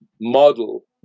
model